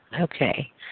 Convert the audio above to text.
Okay